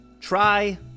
Try